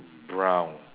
brown